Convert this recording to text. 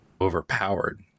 overpowered